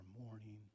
morning